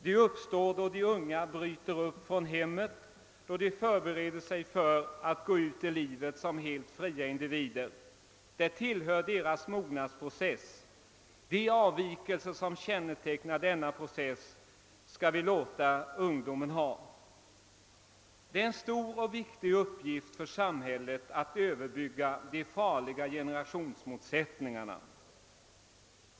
De uppstår då de unga bryter upp från hemmet, då de förbereder sig för att gå ut i livet som helt fria individer. Det tillhör deras mognadsprocess. De avvikelser som kännetecknar denna process skall vi låta ungdomen ha. Det är en stor och viktig uppgift för samhället att överbrygga de farliga generationsmotsättningarna.